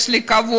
יש לי הכבוד,